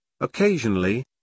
occasionally